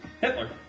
Hitler